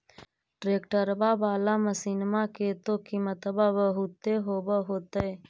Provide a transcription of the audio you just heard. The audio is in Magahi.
ट्रैक्टरबा बाला मसिन्मा के तो किमत्बा बहुते होब होतै?